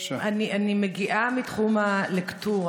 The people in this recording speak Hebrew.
אני מגיעה מתחום הלקטורה.